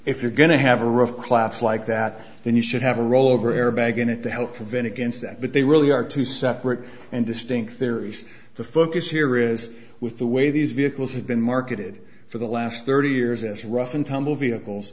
if you're going to have a roof collapse like that and you should have a rollover airbag in it to help prevent against that but they really are two separate and distinct theories the focus here is with the way these vehicles have been marketed for the last thirty years as rough and tumble vehicles